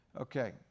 Okay